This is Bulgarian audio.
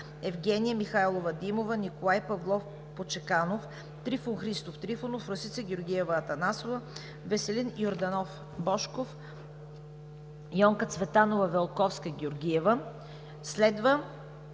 Евгения Михайлова Димова; Николай Павлов Почеканов; Трифон Христов Трифонов; Росица Георгиева Атанасова; Веселин Йорданов Божков и Йонка Цветанова Велковска-Георгиева, следва